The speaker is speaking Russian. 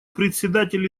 председатель